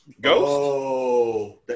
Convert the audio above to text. ghost